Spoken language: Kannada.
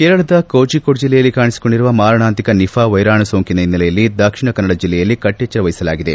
ಕೇರಳದ ಕೋಜಿಕೋಡ್ ಜಿಲ್ಲೆಯಲ್ಲಿ ಕಾಣಿಸಿಕೊಂಡಿರುವ ಮಾರಣಾಂತಿಕ ನಿಘಾ ವೈರಾಣು ಸೋಂಕಿನ ಹಿನ್ನೆಲೆಯಲ್ಲಿ ದಕ್ಷಿಣ ಕನ್ನಡ ಜಿಲ್ಲೆಯಲ್ಲಿ ಕಟ್ಟೆಚ್ಚರ ವಹಿಸಲಾಗಿದೆ